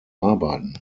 arbeiten